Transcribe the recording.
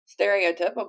stereotypical